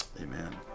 amen